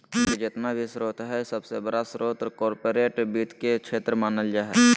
वित्त के जेतना भी स्रोत हय सबसे बडा स्रोत कार्पोरेट वित्त के क्षेत्र मानल जा हय